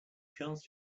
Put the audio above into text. chance